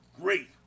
Great